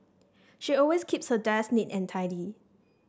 she always keeps her desk neat and tidy